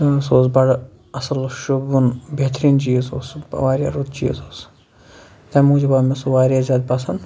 تہٕ سُہ اوس بڑٕ اصٕل شوٗبوُن بہتریٖن چیٖز اوس وارِیاہ رُت چیٖز اوس سُہ تَمہِ موٗجوٗب آو مےٚ سُہ وارِیاہ زیاد پسنٛد